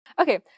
okay